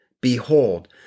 Behold